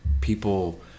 people